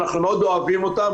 אנחנו מאוד אוהבים אותם,